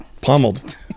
pummeled